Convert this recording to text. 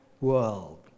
world